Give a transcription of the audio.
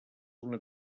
una